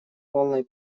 полной